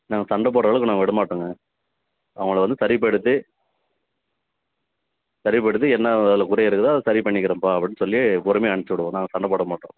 நாங்கள் சண்டை போடுற அளவுக்கு நாங்கள் விடமாட்டோம்ங்க அவங்கள வந்து சரிப்படுத்தி சரிப்படுத்தி என்ன வேலை குறை இருக்குதோ அதை சரிப்பண்ணிக்கிறோம்பா அப்படின்னு சொல்லி பொறுமையாக அனுப்ச்சுவிடுவோம் சண்டை போடமாட்டோம்